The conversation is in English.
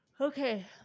Okay